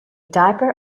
diaper